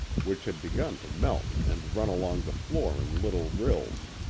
which had begun to melt and run along the floor in little rills.